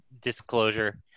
disclosure